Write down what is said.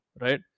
right